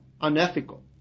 unethical